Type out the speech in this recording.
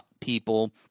people